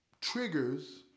triggers